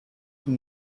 from